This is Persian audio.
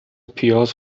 پیاز